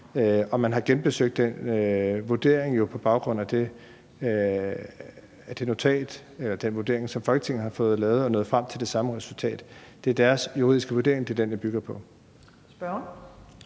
Og man har jo genbesøgt den vurdering på baggrund af det notat eller den vurdering, som Folketinget har fået lavet, og er nået frem til det samme resultat. Det er deres juridiske vurdering; det er den, jeg bygger mit